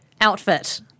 outfit